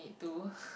to